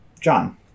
John